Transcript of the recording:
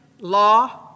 law